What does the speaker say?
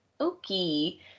Okay